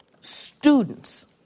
students